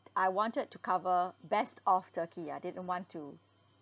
I wanted to cover best of turkey I didn't want to